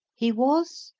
he was,